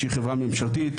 שהיא חברה ממשלתית,